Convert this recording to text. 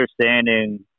understanding